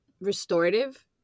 restorative